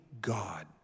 God